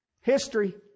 history